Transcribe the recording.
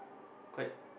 quite